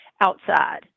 outside